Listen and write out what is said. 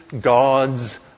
God's